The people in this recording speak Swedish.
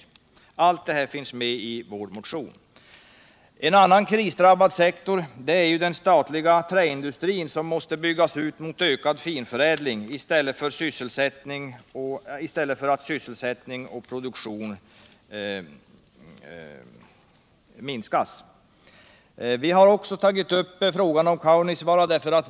Allt det här finns i vår motion. En annan krisdrabbad sektor är den statliga träindustrin, som måste byggas ut mot ökad finförädling i stället för att sysselsättning och produktion minskas. Vi har också tagit upp frågan om Kaunisvaara.